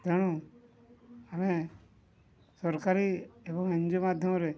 ତେଣୁ ଆମେ ସରକାରୀ ଏବଂ ଏନ୍ ଜି ଓ ମାଧ୍ୟମରେ